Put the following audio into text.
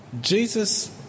Jesus